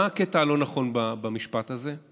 מה הקטע הלא-נכון במשפט הזה?